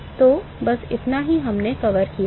तो बस इतना ही हमने कवर किया है